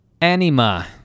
Anima